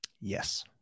Yes